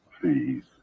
please